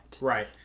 Right